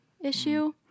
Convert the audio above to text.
issue